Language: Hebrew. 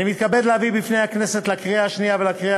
אני מתכבד להביא בפני הכנסת לקריאה שנייה ולקריאה